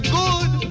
good